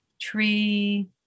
tree